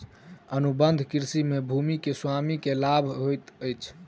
अनुबंध कृषि में भूमि के स्वामी के लाभ होइत अछि